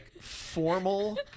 formal